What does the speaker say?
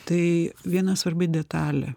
tai viena svarbi detalė